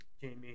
Jamie